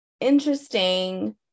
interesting